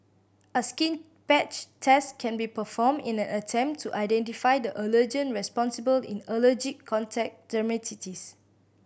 a skin patch test can be performed in an attempt to identify the allergen responsible in allergic contact dermatitis